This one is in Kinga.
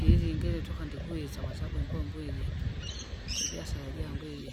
ijingi iji toka ndikwisa kwasabu imbombo iji, ibiasala jangu iji,